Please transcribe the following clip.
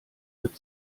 wird